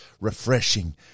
refreshing